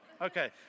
Okay